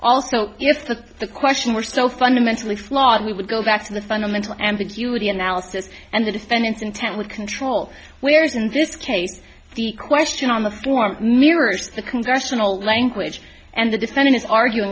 also if that's the question we're still fundamentally flawed we would go back to the fundamental ambiguity analysis and the defendant's intent would control whereas in this case the question on the form mirrors the congressional language and the defendant is argu